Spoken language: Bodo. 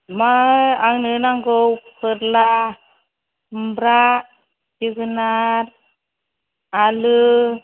मा आंनो नांगौ फोरला खुमब्रा जोगोनार आलु